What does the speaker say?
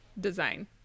design